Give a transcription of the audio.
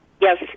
Yes